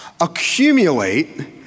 Accumulate